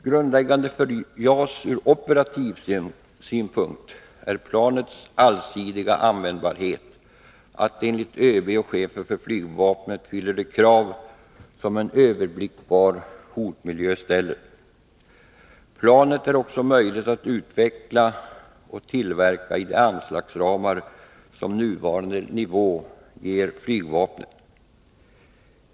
Grundläggande för JAS ur operativ synpunkt är planets allsidiga användbarhet, och att det enligt ÖB och chefen för flygvapnet fyller de krav som en överblickbar hotmiljö ställer. Planet är också möjligt att utveckla och tillverka inom de anslagsramar som med nuvarande nivå ges för flygvapnet.